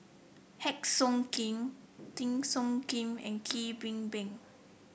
Heng Siok Tian Teo Soon Kim and Kwek Beng Beng